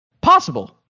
Possible